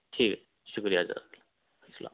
ٹھیک ہے شکریہ جزاک اللہ السلام